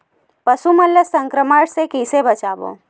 पशु मन ला संक्रमण से कइसे बचाबो?